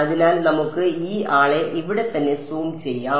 അതിനാൽ നമുക്ക് ഈ ആളെ ഇവിടെത്തന്നെ സൂം ചെയ്യാം